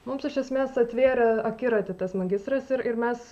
mums iš esmės atvėrė akiratį tas magistras ir ir mes